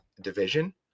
division